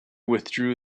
withdrew